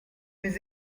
mes